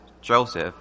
Joseph